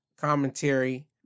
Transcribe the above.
commentary